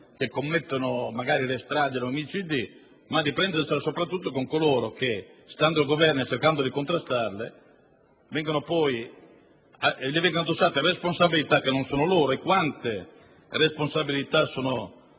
che commettono le stragi e gli omicidi, ma soprattutto con coloro che, stando al Governo e cercando di contrastarli, si vedono addossate responsabilità che non sono loro. Quante responsabilità sono